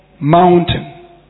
mountain